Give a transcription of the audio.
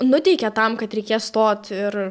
nuteikia tam kad reikės stoti ir